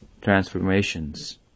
transformations